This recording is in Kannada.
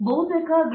ಪ್ರತಾಪ್ ಹರಿಡೋಸ್ ಸರಿ